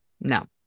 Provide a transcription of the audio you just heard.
no